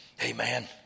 Amen